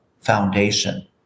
foundation